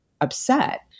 upset